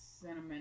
cinnamon